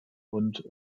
und